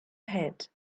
head